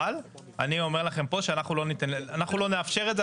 אבל אני אומר לכם פה שאנחנו לא נאפשר את זה.